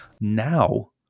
Now